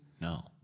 No